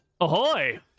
Ahoy